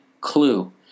clue